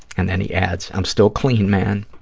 and then he adds, i'm still clean, man,